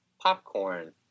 popcorn